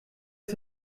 ist